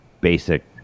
basic